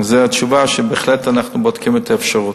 זו התשובה, שבהחלט אנחנו בודקים את האפשרות.